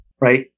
right